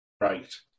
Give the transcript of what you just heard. Right